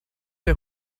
der